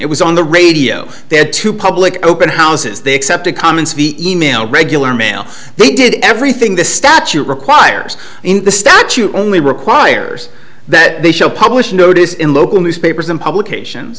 it was on the radio they had to public open houses they accepted comments v e mail regular mail they did everything the statute requires in the statute only requires that they show publish notice in local newspapers and publication